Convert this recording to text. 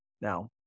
now